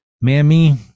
Mammy